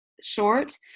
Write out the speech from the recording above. short